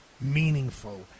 meaningful